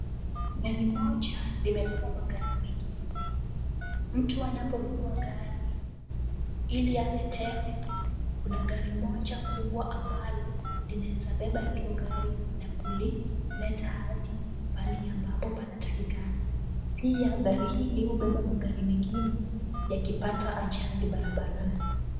Gari moja limebeba magari mengine. Mtu anaponunua gari ili aletewe, kuna gari moja kubwa ambalo, linaweza beba hilo gari na kulileta hadi pahali ambapo panatakikana. Pia gari hili hubeba magari mengine yanapopata ajali.